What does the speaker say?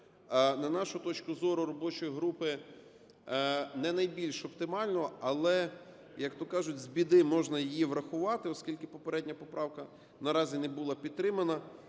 На нашу точку зору, робочої групи, не найбільш оптимально, але, як-то кажуть, з біди можна її врахувати. Оскільки попередня поправка наразі не була підтримана,